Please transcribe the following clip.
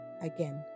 again